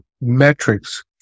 metrics